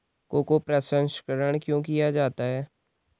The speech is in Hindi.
कोको प्रसंस्करण क्यों किया जाता है?